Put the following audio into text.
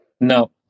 No